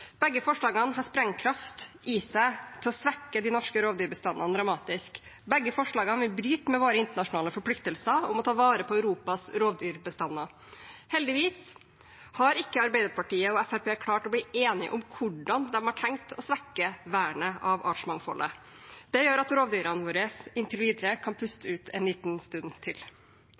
Begge forslagene har nok sprengkraft i seg til å svekke de norske rovdyrbestandene dramatisk. Begge forslagene vil bryte med våre internasjonale forpliktelser om å ta vare på Europas rovdyrbestander. Heldigvis har ikke Arbeiderpartiet og Fremskrittspartiet klart å bli enige om hvordan de har tenkt å svekke vernet av artsmangfoldet. Det gjør at rovdyrene våre kan puste ut en liten stund til.